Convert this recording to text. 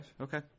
Okay